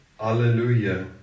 Alleluia